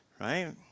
right